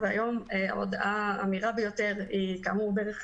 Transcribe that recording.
והיום ההודעה המהירה ביותר היא כאמור דרך